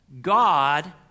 God